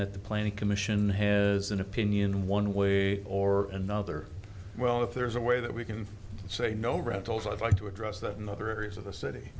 that the planning commission has an opinion one way or another well if there is a way that we can say no rentals i'd like to address that in other areas of the city